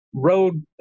road